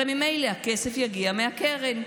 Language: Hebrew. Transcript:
הרי ממילא הכסף יגיע מהקרן,